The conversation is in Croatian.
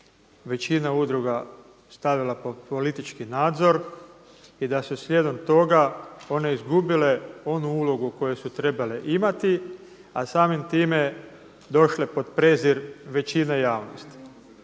većina udruga stavila pod politički nadzor i da su slijedom toga one izgubile onu ulogu koju su trebale imati a samim time došle pod prezir većine javnosti.